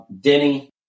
Denny